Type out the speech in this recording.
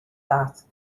that